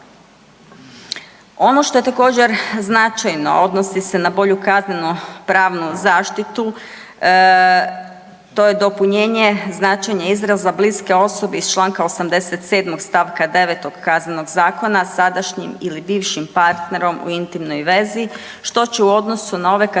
Ono što je također značajno odnosno se na bolju kaznenopravnu zaštitu to je dopunjenje značenje izraza bliske osobe iz čl. 87. st. 9. KZ-a sadašnjim ili bivšim partnerom u intimnoj vezi što će u odnosu na ove kategorije